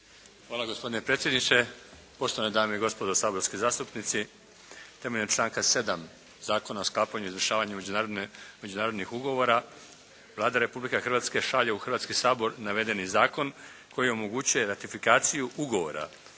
Hvala gospodine predsjedniče, poštovane dame i gospodo saborski zastupnici. Temeljem članka 7. Zakona o sklapanju i izvršavanju međunarodnih ugovora Vlada Republike Hrvatske šalje u Hrvatski sabor navedeni zakon koji omogućuje ratifikaciju ugovora